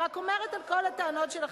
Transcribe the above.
אני רק אומרת את כל הטענות שלכם.